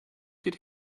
did